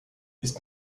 ist